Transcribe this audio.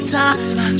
time